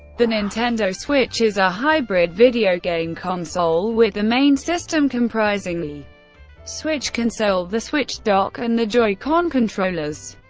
the nintendo switch is a hybrid video game console, with the main system comprising the switch console, the switch dock, and the joy-con controllers.